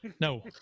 No